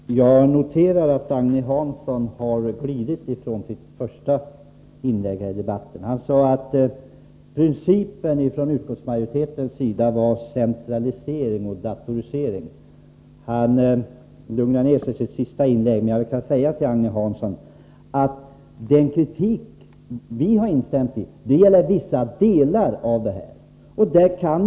Herr talman! Jag noterar att Agne Hansson har glidit från den uppfattning han hade i sitt första inlägg i debatten. Han sade då att utskottsmajoritetens princip var centralisering och datorisering. Agne Hansson lugnade ned sig i sitt sista inlägg, men jag vill säga till honom att den kritik som vi har instämt i gäller vissa delar av detta frågekomplex.